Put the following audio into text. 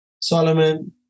Solomon